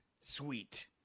Sweet